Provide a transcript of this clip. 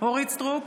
אורית מלכה סטרוק,